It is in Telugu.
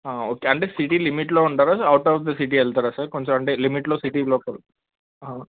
ఓకే అంటే సిటీ లిమిట్లో ఉంటారా అవుట్ ఆఫ్ ద సిటీ వెళతారా సార్ కొంచెం అంటే లిమిట్లో సిటీ లోకల్